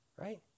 right